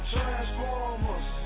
Transformers